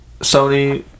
Sony